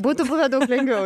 būtų buvę daug lengviau